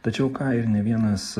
tačiau ką jau ne vienas